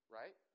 right